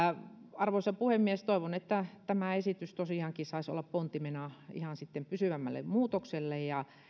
arvoisa puhemies toivon että tämä esitys tosiaankin saisi olla pontimena ihan sitten pysyvämmälle muutokselle ja